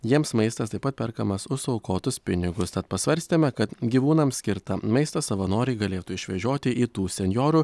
jiems maistas taip pat perkamas už suaukotus pinigus tad pasvarstėme kad gyvūnams skirtą maistą savanoriai galėtų išvežioti į tų senjorų